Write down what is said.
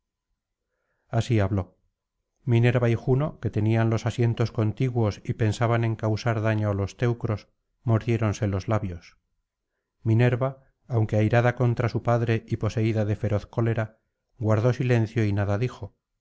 así habló minerva y juno que tenían los asientos contiguos y pensaban en causar daño á los teucros mordiéronse los labios minerva aunque airada contra su padre y poseída de feroz cólera guardó silencio y nada dijo